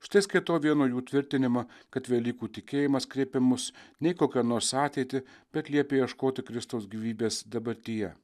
štai skaitau vieno jų tvirtinimą kad velykų tikėjimas kreipia mus ne į kokią nors ateitį bet liepė ieškoti kristaus gyvybės dabartyje